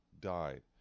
died